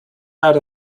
out